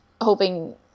hoping